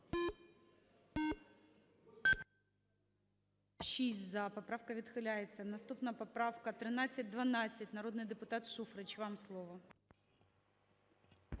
За-6 Поправка відхиляється. Наступна поправка 1312. Народний депутат Шуфрич, вам слово.